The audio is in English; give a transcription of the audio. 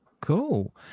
Cool